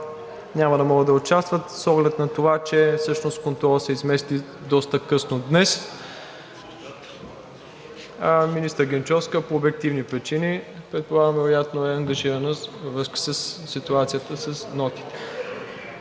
няма да могат да участват с оглед на това, че всъщност Контролът се измести доста късно днес, а министър Генчовска – по обективни причини. Предполагам вероятно е ангажирана във връзка със ситуацията с нотите.